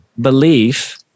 belief